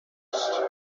post